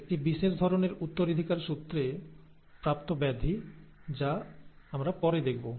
একটি বিশেষ ধরণের উত্তরাধিকারসূত্রে প্রাপ্ত ব্যাধি যা আমরা পরে দেখব